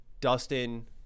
dustin